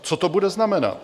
Co to bude znamenat?